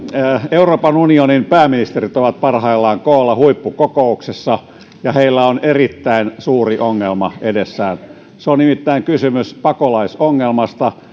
euroopan unionin pääministerit ovat parhaillaan koolla huippukokouksessa ja heillä on erittäin suuri ongelma edessään se on nimittäin kysymys pakolaisongelmasta